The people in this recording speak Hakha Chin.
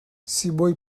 sibawi